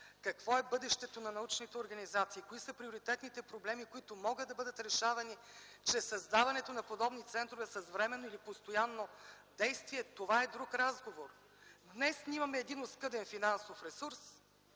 какво е бъдещето на научните организации, кои са приоритетните проблеми, които могат да бъдат решавани чрез създаването на подобни центрове с временно или постоянно действие? Това е друг разговор. Днес имаме оскъден финансов ресурс.